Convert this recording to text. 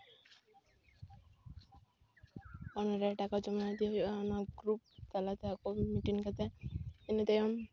ᱚᱱᱟ ᱨᱮ ᱴᱟᱠᱟ ᱡᱚᱢᱟ ᱤᱫᱤ ᱦᱩᱭᱩᱜᱼᱟ ᱚᱱᱟ ᱜᱨᱩᱯ ᱟᱞᱟᱫᱷᱟ ᱠᱚ ᱢᱤᱴᱤᱱ ᱠᱟᱛᱮ ᱤᱱᱟᱹ ᱛᱟᱭᱚᱢ